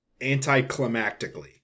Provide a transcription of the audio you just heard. anticlimactically